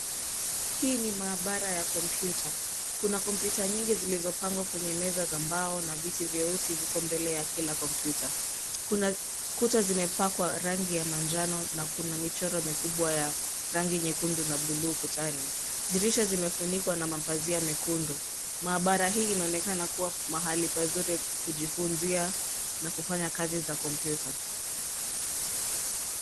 Hii ni maabara ya kompyuta, kuna kompyuta nyingi zilizopangwa kwenye meza za mbao na viti vyeusi viko mbele ya kila kompyuta. Kuna kuta zimepakwa rangi ya manjano na kuna michoro mikubwa ya rangi nyekundu na bluu ukutani. Dirisha zimefunikwa na mapazia mekundu. Maabara hii inaonekana kuwa mahali pazuri kujifunzia na kufanya kazi za kompyuta.